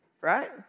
Right